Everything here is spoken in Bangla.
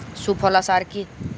সুফলা সার কি?